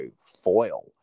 foil